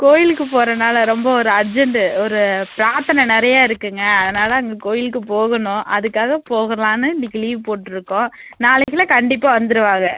கோயிலுக்கு போறதுனால ரொம்ப ஒரு அர்ஜெண்ட்டு ஒரு பிராத்தனை நிறையா இருக்குங்க அதனால் அங்கே கோயிலுக்கு போகணும் அதுக்காக போகலாம்னு இன்னைக்கி லீவ் போட்டிருக்கோம் நாளைக்கெல்லாம் கண்டிப்பாக வந்துருவான்